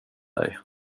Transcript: dig